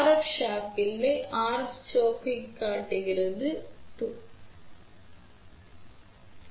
ஒரு RF choke இல்லை இங்கே இது RF சோக்கைக் காட்டுகிறது இது தூண்டியாகும்